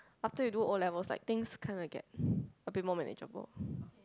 after you do O-levels like things kind of get a bit more manageable